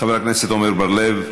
חבר הכנסת עמר בר-לב,